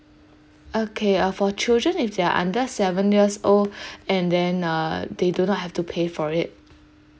okay uh for children if they are under seven years old and then uh they do not have to pay for it